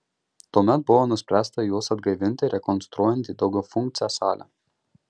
tuomet buvo nuspręsta juos atgaivinti rekonstruojant į daugiafunkcę salę